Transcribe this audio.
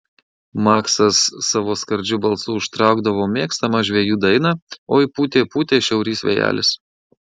maksas savo skardžiu balsu užtraukdavo mėgstamą žvejų dainą oi pūtė pūtė šiaurys vėjelis